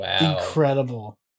incredible